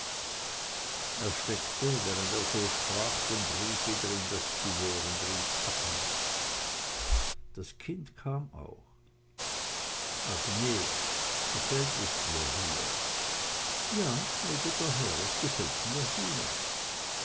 er steckte während er so sprach den brief wieder in das couvert und rief agnes das kind kam auch agnes gefällt es dir hier ja gnäd'ger herr es gefällt mir hier